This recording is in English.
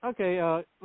okay